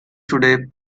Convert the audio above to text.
today